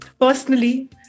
personally